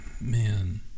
man